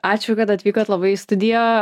ačiū kad atvykot labai į studiją